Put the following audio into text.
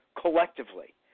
collectively